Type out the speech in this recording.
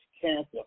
Cancer